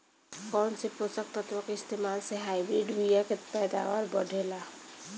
कौन से पोषक तत्व के इस्तेमाल से हाइब्रिड बीया के पैदावार बढ़ेला?